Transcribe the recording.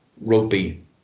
rugby